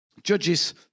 Judges